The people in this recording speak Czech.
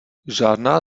žádná